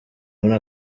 muri